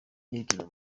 yerekeza